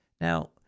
now